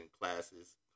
classes